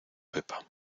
pepa